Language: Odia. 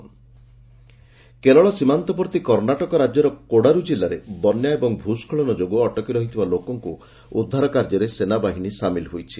ଆର୍ମି କର୍ଣ୍ଣାଟକ ଫ୍ଲୁଡ୍ କେରଳ ସୀମାନ୍ତବର୍ତ୍ତୀ କର୍ଣ୍ଣାଟକ ରାଜ୍ୟର କୋଡାରୁ ଜିଲ୍ଲାରେ ବନ୍ୟା ଏବଂ ଭୂସ୍କଳନ ଯୋଗୁଁ ଅଟକି ରହିଥିବା ଲୋକଙ୍କୁ ଉଦ୍ଧାର କାର୍ଯ୍ୟରେ ସେନାବାହିନୀ ସାମିଲ ହୋଇଛି